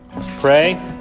Pray